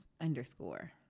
underscore